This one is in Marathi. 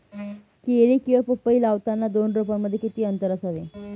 केळी किंवा पपई लावताना दोन रोपांमध्ये किती अंतर असावे?